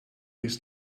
ist